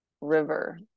river